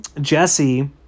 Jesse